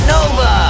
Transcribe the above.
Nova